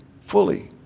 fully